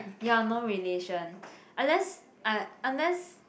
ya no relation unless uh unless